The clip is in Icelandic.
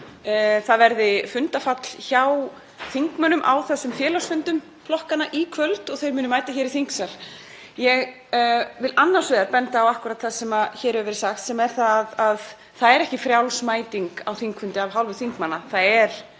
það verði fundafall hjá þingmönnum á þessum félagsfundum flokkanna í kvöld og þeir muni mæta í þingsal. Ég vil annars vegar benda á akkúrat það sem hér hefur verið sagt sem er að það er ekki frjáls mæting á þingfundi af hálfu þingmanna. Það er